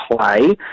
play